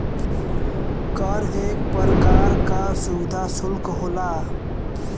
कर एक परकार का सुविधा सुल्क होला